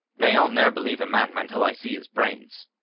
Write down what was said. nay, i'll ne'er believe a madman till i see his brains.